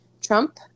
Trump